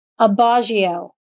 Abagio